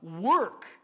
Work